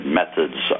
methods